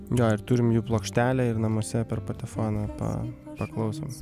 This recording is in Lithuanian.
jo ir turim jų plokštelę ir namuose per patefoną pa paklausom